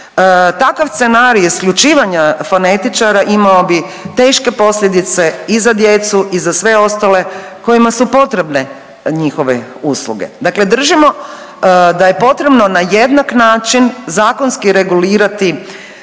takav scenarij isključivanja fonetičara imao bi teške posljedice i za djecu i za sve ostale kojima su potrebne njihove usluge. Dakle, držimo da je potrebno na jednak način zakonski regulirati